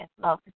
love